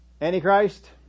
Antichrist